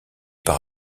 par